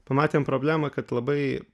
pamatėm problemą kad labai